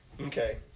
Okay